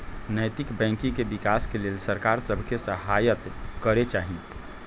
नैतिक बैंकिंग के विकास के लेल सरकार सभ के सहायत करे चाही